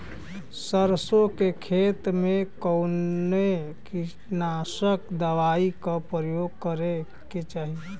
सरसों के खेत में कवने कीटनाशक दवाई क उपयोग करे के चाही?